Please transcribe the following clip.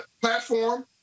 platform